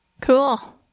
Cool